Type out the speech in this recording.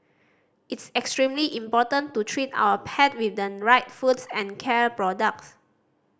it's extremely important to treat our pet with the right foods and care products